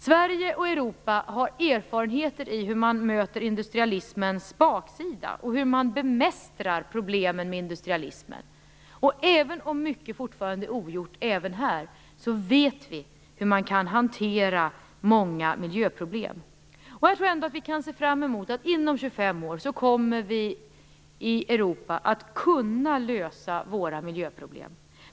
Sverige och Europa har erfarenheter av hur man möter industrialismens baksida och hur man bemästrar problemen med industrialismen. Även om mycket fortfarande är ogjort även här vet vi hur man kan hantera många miljöproblem. Jag tror att vi kan se fram emot att inom 25 år kunna lösa våra miljöproblem inom Europa.